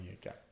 again